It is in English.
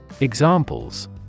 Examples